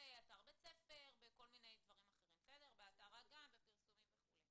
באתר הגן ובפרסומים אחרים.